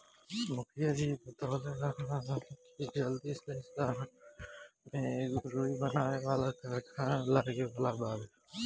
मुखिया जी बतवले रहलन की जल्दी ही सहर में एगो रुई बनावे वाला कारखाना लागे वाला बावे